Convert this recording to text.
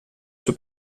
suo